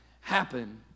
happen